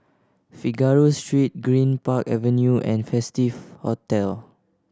Figaro Street Greenpark Avenue and Festive Hotel